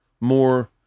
more